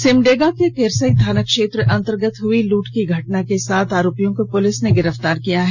सिमडेगा के केरसई थाना क्षेत्र अंतर्गत हुई लूट की घटना के सात आरोपियों को पुलिस ने गिरफ्तार किया है